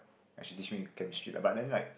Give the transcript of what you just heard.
and she teach me chemistry lah but then like